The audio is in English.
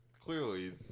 clearly